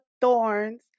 thorns